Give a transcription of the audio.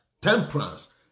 temperance